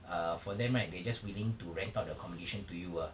uh for them right they're just willing to rent out the accommodation to you ah